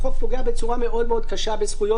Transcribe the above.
החוק פוגע בצורה מאוד מאוד קשה בזכויות,